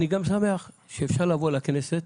אני גם שמח שאפשר לבוא לכנסת,